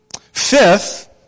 Fifth